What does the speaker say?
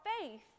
faith